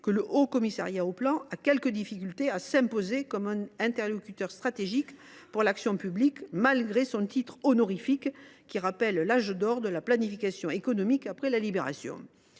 que le Haut Commissariat éprouve quelques difficultés pour s’imposer comme un interlocuteur stratégique en matière d’action publique, malgré son titre honorifique, qui rappelle l’âge d’or de la planification économique après la Libération.